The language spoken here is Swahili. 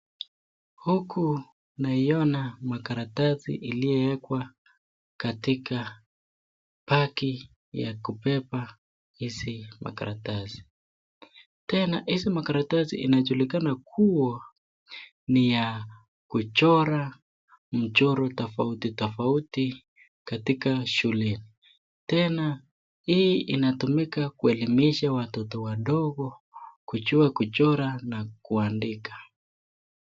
Huku naiona makaratasi iliyowekwa katika paki ya kupepa hizi makaratasi. Tena hizi makaratasi inajulikana kuwa ni ya kuchora mchoro tofauti tofauti katika shuleni. Tena hii inatumika kuelimisha watoto wadogo kujua kuchora na kuandika.